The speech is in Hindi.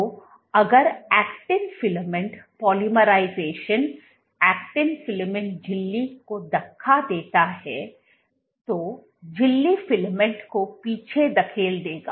तो अगर actin filament polymerizing actin filament झिल्ली को धक्का देता है तो झिल्ली फिलामेंट को पीछे धकेल देगा